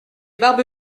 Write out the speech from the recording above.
barbe